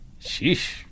sheesh